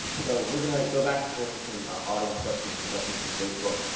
so we're going to go back and forth between ah audience questions and questions from facebook.